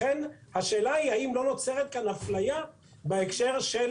לכן השאלה היא האם לא נוצרת כאן אפליה בהקשר של